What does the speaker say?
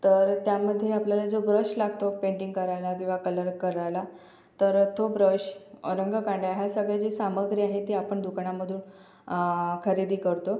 तर त्यामध्ये आपल्याला जो ब्रश लागतो पेंटिंग करायला किंवा कलर करायला तर तो ब्रश रंगकांड्या ह्या सगळे जे सामग्री आहे ते आपण दुकानामधून खरेदी करतो